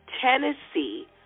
Tennessee